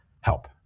help